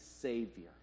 Savior